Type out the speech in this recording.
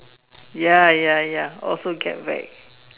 ya ya ya also get whack